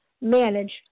manage